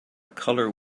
color